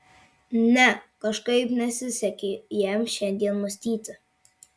ne kažkaip nesisekė jam šiandien mąstyti